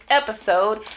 episode